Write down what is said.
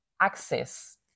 access